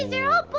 and zero